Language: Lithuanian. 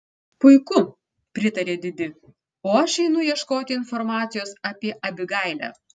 puiku pritarė didi o aš einu ieškoti informacijos apie abigailę